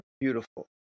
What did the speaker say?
beautiful